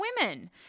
women